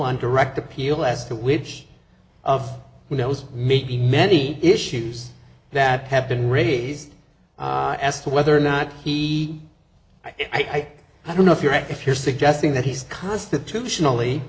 on direct appeal as to which of who knows maybe many issues that have been raised as to whether or not he i think i don't know if you're right if you're suggesting that he's constitutionally